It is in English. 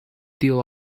deal